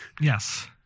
yes